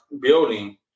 building